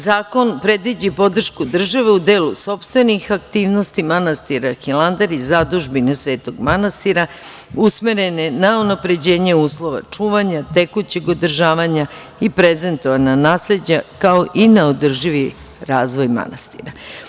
Zakon predviđa podršku države u delu sopstvenih aktivnosti manastira Hilandar i zadužbine svetog manastira usmerene na unapređenje uslova, čuvanja, tekućeg održavanja i prezentovana nasleđa, kao i na održivi razvoj manastira.